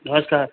नमस्कार